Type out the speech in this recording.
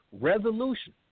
resolution